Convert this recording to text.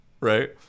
Right